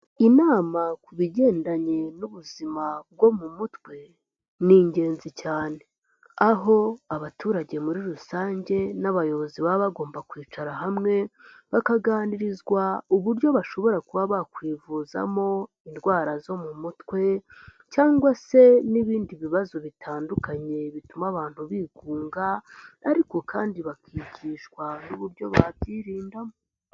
Inama ku bigendanye n'ubuzima bwo mu mutwe ni ingenzi cyane, aho abaturage muri rusange n'abayobozi baba bagomba kwicara hamwe bakaganirizwa uburyo bashobora kuba bakwivuzamo indwara zo mu mutwe, cyangwa se n'ibindi bibazo bitandukanye bituma abantu bigunga, ariko kandi bakigishwa n'uburyo babyirinda.